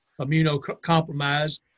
immunocompromised